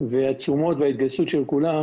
והתשומות וההתגייסות של כולם